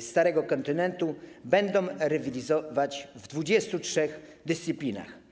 Starego Kontynentu będą rywalizować w 24 dyscyplinach.